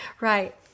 Right